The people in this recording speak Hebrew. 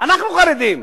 אנחנו חרדים.